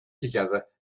together